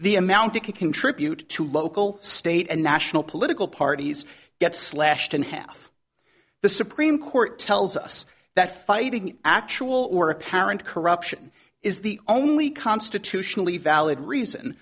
the amount it could contribute to local state and national political parties get slashed in half the supreme court tells us that fighting actual war apparent corruption is the only constitutionally valid reason